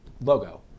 logo